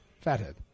Fathead